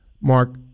Mark